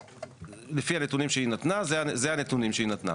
ולפי הנתונים שהיא נתנה, זה הנתונים שהיא נתנה.